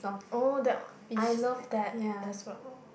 oh that I love that as well